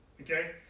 Okay